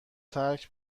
ترک